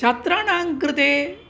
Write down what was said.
छात्राणां कृते